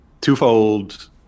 Twofold